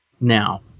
Now